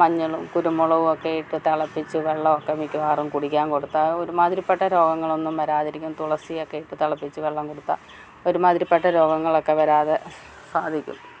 മഞ്ഞളും കുരുമുളകും ഒക്കെയിട്ട് തിളപ്പിച്ച് വെള്ളമൊക്കെ മിക്കവാറും കുടിക്കാൻ കൊടുത്താൽ ഒരുമാതിരിപ്പെട്ട രോഗങ്ങളൊന്നും വരാതിരിക്കാൻ തുളസിയൊക്കെ ഇട്ട് തിളപ്പിച്ച് വെള്ളം കൊടുത്താൽ ഒരുമാതിരിപ്പെട്ട രോഗങ്ങളൊക്കെ വരാതെ സാധിക്കും